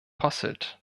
posselt